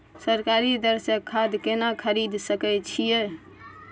सरकारी दर से खाद केना खरीद सकै छिये?